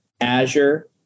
Azure